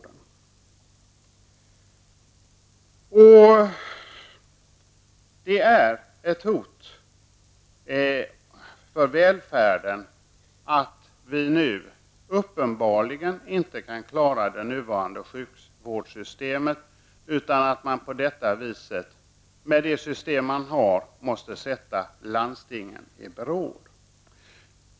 Det är ett hot mot välfärden att vi nu uppenbarligen inte kan klara av de nuvarande sjukvårdssystemen, utan att man måste sätta landstingen i beråd.